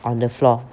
on the floor